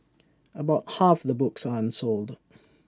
about half the books are unsold